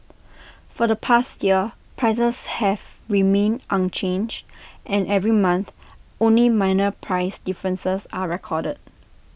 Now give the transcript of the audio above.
for the past year prices have remained unchanged and every month only minor price differences are recorded